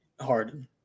Harden